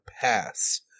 pass